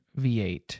V8